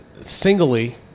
singly